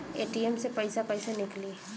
ATM से पइसा कइसे निकली?